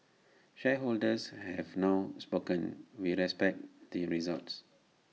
shareholders have now spoken we respect the result